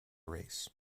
race